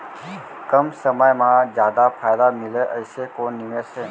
कम समय मा जादा फायदा मिलए ऐसे कोन निवेश हे?